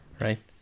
Right